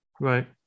right